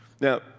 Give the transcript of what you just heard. Now